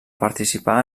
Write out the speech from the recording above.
participar